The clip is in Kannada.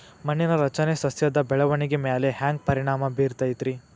ಮಣ್ಣಿನ ರಚನೆ ಸಸ್ಯದ ಬೆಳವಣಿಗೆ ಮ್ಯಾಲೆ ಹ್ಯಾಂಗ್ ಪರಿಣಾಮ ಬೇರತೈತ್ರಿ?